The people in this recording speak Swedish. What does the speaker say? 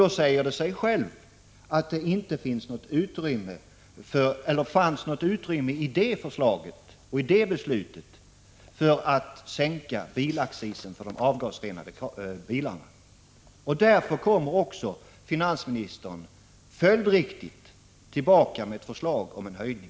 Då säger det sig självt att det beslutet inte gav något utrymme för att sänka bilaccisen för de avgasrenade bilarna. Helt följdriktigt kommer därför finansministern nu tillbaka med förslag om en höjning.